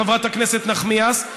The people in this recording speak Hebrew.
חברת הכנסת נחמיאס,